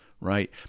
right